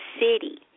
city